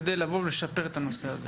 כדי שיתאפשר לבוא ולשפר את העניין הזה?